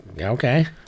okay